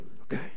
okay